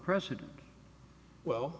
precedent well